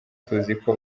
tuziko